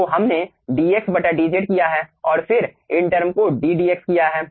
तो हमने dx dz किया है और फिर इन टर्म का d dx किया है